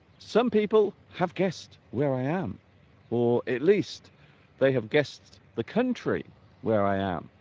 some people have guessed where i am or at least they have guessed the country where i am